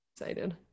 excited